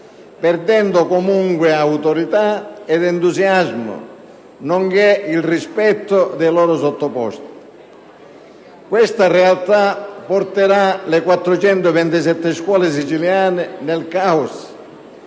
perdendo comunque autorità ed entusiasmo, nonché il rispetto dei loro sottoposti. Questa realtà porterà le 427 scuole siciliane nel caos,